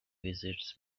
visits